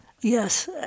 Yes